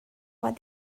what